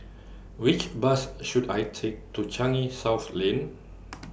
Which Bus should I Take to Changi South Lane